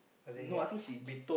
as in what mid